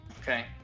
Okay